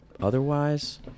Otherwise